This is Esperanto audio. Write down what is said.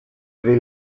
pri